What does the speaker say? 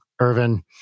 Irvin